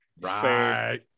Right